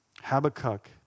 Habakkuk